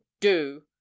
do